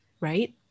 Right